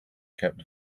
kept